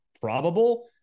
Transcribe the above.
probable